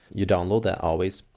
you download that always.